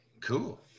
cool